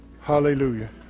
Hallelujah